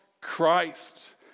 Christ